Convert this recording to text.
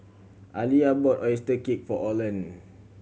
Aliyah bought oyster cake for Orland